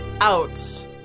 out